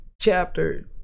chapter